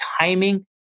timing